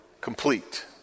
complete